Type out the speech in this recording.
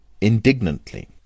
Indignantly